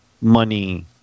money